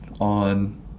on